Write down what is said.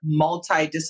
multidisciplinary